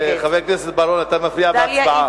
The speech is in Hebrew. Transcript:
חבר הכנסת בר-און, אתה מפריע בהצבעה.